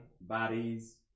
Bodies